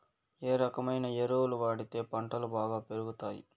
ఏ రకమైన ఎరువులు వాడితే పంటలు బాగా పెరుగుతాయి?